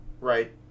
right